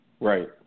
Right